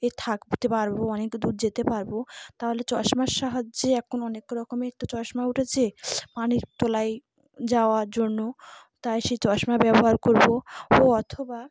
এ থাকতে পারব অনেক দূর যেতে পারব তাহলে চশমার সাহায্যে এখন অনেক রকমের তো চশমা উঠেছে পানির তলায় যাওয়ার জন্য তাই সেই চশমা ব্যবহার করব ও অথবা